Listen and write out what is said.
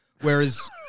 whereas